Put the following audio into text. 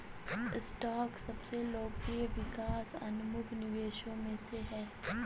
stock सबसे लोकप्रिय विकास उन्मुख निवेशों में से है